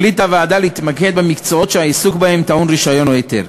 החליטה הוועדה להתמקד במקצועות שהעיסוק בהם טעון רישיון או היתר.